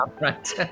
right